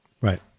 right